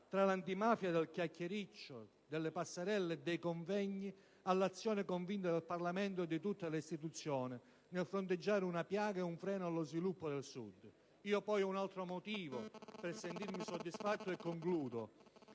dall'antimafia del chiacchiericcio, delle passerelle e dei convegni all'azione convinta del Parlamento e di tutte le istituzioni nel fronteggiare una piaga e un freno allo sviluppo del Sud. Io poi ho un altro motivo per sentirmi soddisfatto: questo